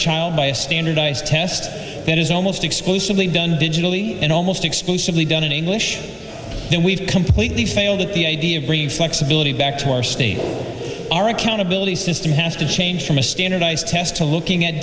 child by a standardized test that is almost exclusively done digitally and almost exclusively done in english then we've completely failed at the idea of bringing flexibility back to our state our accountability system has to change from a standardized test to looking at